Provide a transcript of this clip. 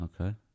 Okay